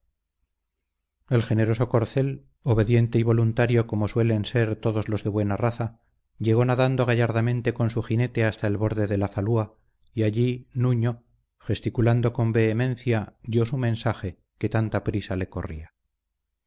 el generoso corcel obediente y voluntario como suelen ser todos los de buena raza llegó nadando gallardamente con su jinete hasta el borde de la falúa y allí nuño gesticulando con vehemencia dio su mensaje que tanta prisa le corría